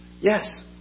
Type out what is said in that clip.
Yes